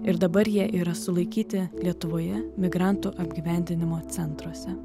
ir dabar jie yra sulaikyti lietuvoje migrantų apgyvendinimo centruose